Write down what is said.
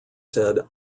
said